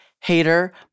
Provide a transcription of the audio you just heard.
Hater